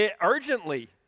Urgently